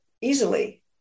easily